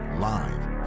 Live